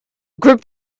group